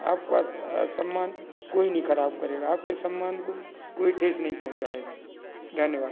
आपको आज सम्मान कोई नहीं खराब करेगा आपके सम्मान को कोई ठेस नहीं पहुँचाएगा धन्यवाद